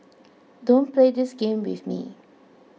don't play this game with me